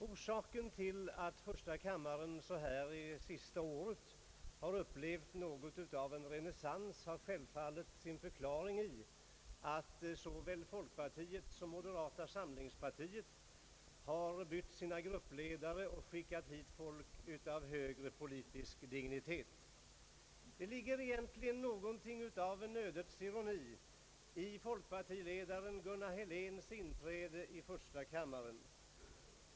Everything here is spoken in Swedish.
Orsaken till att första kamaren under det sista året har upplevt något av en renässans har självfallet sin förklaring i att såväl folkpartiet som moderata samlingspartiet har bytt sina gruppledare och skickat hit folk av högre politisk dignitet. Det ligger något av ödets ironi i folkpartiledaren Gunnar Heléns inträde i första kammaren.